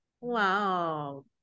Wow